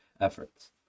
efforts